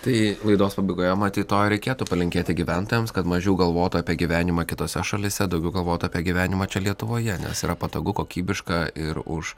tai laidos pabaigoje matyt to ir reikėtų palinkėti gyventojams kad mažiau galvotų apie gyvenimą kitose šalyse daugiau galvotų apie gyvenimą čia lietuvoje nes yra patogu kokybiška ir už